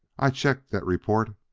i check that report.